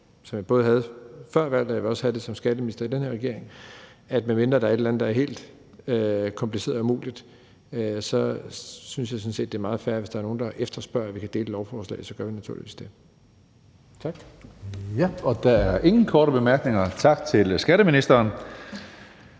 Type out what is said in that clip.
som jeg både havde før valget, og som jeg også vil have som skatteminister i den her regering, at medmindre der er et eller andet, der er helt kompliceret og umuligt, synes jeg sådan set, at hvis der er nogen, der efterspørger, at vi kan dele et lovforslag, er det meget fair, at vi så naturligvis gør det. Tak. Kl. 17:25 Tredje næstformand (Karsten Hønge): Der er ingen korte bemærkninger. Tak til skatteministeren.